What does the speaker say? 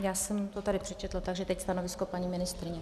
Já jsem to tady přečetla, takže teď stanovisko paní ministryně.